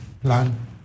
plan